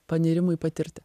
panirimui patirti